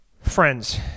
Friends